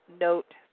note